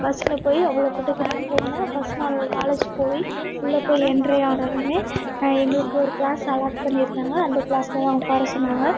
பஸ்ஸில் போய் அவ்வளோ கூட்டத்திலையும் போனேன் ஃபஸ்ட் நாள் காலேஜ் போய் உள்ளே போய் என்ட்ரி ஆனவுடனே எங்களுக்கு ஒரு கிளாஸ் அலாட் பண்ணி இருந்தாங்க அந்த கிளாஸில் தான் உட்கார சொன்னாங்க